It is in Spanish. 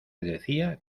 decía